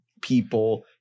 people